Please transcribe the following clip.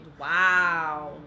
Wow